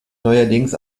neuerdings